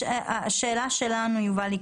השאלה שלנו יובל,